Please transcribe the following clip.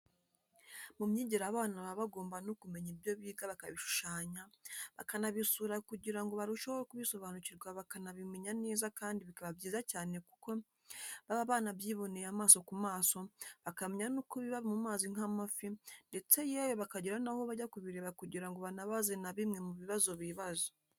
Mu myigire abana baba bagomba no kumenya ibyo biga bakabishushanya, bakanabisura kugira ngo barusheho kubisobanukirwa bakanabimenya neza kandi bikaba byiza cyane kuko baba banabyiboneye amaso ku maso, bakamenya nuko ibiba mu mazi nk'amafi, ndetse yewe bakagira n'aho bajya kubireba kugira ngo banabaze na bimwe mu bibazo bibaza.